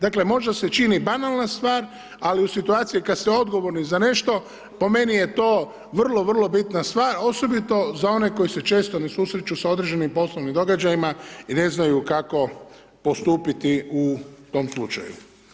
Dakle, možda se čini banalna stvar, ali u situaciji kada ste odgovorni za nešto, po meni je to vrlo, vrlo bitna stvar, osobito za one koji se često ne susreću sa određenim poslovnim događajima i ne znaju kako postupiti u tom slučaju.